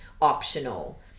optional